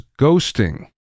ghosting